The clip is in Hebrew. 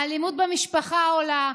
האלימות במשפחה עולה.